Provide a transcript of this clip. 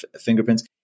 fingerprints